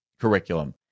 curriculum